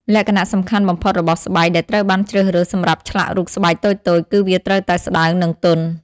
លក្ខណៈសំខាន់បំផុតរបស់ស្បែកដែលត្រូវបានជ្រើសរើសសម្រាប់ឆ្លាក់រូបស្បែកតូចៗ គឺវាត្រូវតែស្តើង និងទន់។